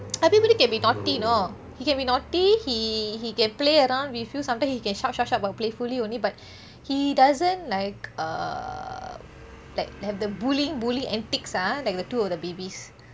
abimanyu can be naughty know he can be naughty he he can play around with you sometimes he can shout shout shout but playfully only but he doesn't like err like have the bullying bullying antiques ah like the two of the babies